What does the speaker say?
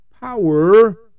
power